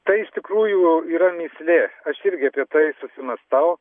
tai iš tikrųjų yra mįslė aš irgi apie tai susimąstau